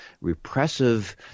repressive